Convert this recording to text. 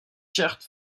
charte